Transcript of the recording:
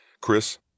Chris